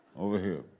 over here.